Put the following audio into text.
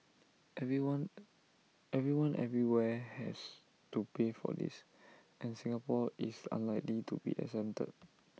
everyone everyone everywhere has to pay for this and Singapore is unlikely to be exempted